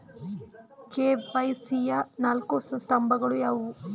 KYC ಯ ನಾಲ್ಕು ಸ್ತಂಭಗಳು ಯಾವುವು?